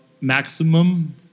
maximum